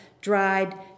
dried